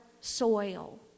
soil